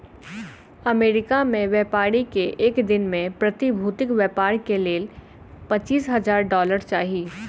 America में व्यापारी के एक दिन में प्रतिभूतिक व्यापार के लेल पचीस हजार डॉलर चाही